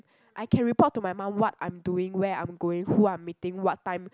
I can report to my mum what I'm doing where I'm going who I'm meeting what time